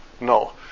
No